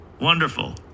Wonderful